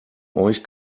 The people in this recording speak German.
euch